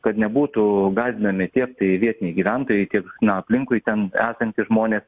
kad nebūtų gąsdinami tiek tai vietiniai gyventojai tiek na aplinkui ten esantys žmonės